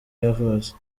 yavutse